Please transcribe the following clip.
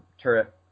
turret